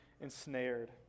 ensnared